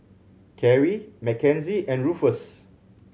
Carrie Mckenzie and Ruffus